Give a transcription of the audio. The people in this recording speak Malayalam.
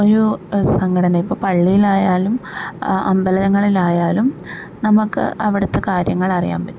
ഒരൂ സംഘടന ഇപ്പം പള്ളിയിലായാലും അമ്പലങ്ങളിലായാലും നമുക്ക് അവിടുത്തെ കാര്യങ്ങൾ അറിയാൻ പറ്റും